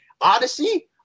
Odyssey